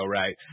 right